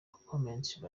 comments